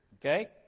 okay